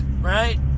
right